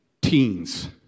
teens